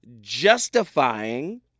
justifying